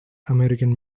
american